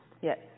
Yes